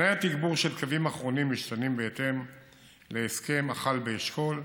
תנאי התגבור של קווים אחרונים משתנים בהתאם להסכם החל באשכול.